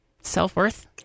self-worth